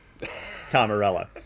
Tomarella